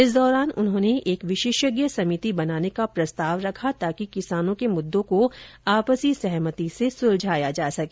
इस दौरान उन्होंने एक विशेषज्ञ सभिति बनाने का प्रस्ताव रखा ताकि किसानों के मुद्दों को आपसी सहमति से सुलझाया जा सके